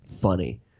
funny